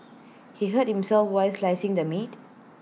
he hurt himself while slicing the meat